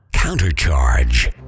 Countercharge